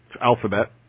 Alphabet